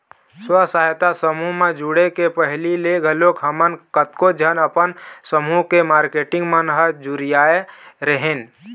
स्व सहायता समूह म जुड़े के पहिली ले घलोक हमन कतको झन अपन समूह के मारकेटिंग मन ह जुरियाय रेहेंन